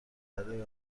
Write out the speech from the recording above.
برای